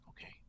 okay